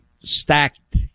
stacked